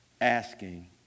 asking